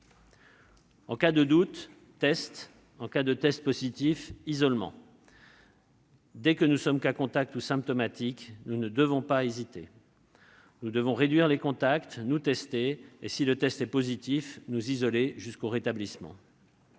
En cas de doute, test. En cas de test positif, isolement. Dès que nous sommes cas contact ou symptomatiques, nous ne devons pas hésiter. Nous devons réduire les contacts, nous tester, et, si le test est positif, nous isoler jusqu'au rétablissement.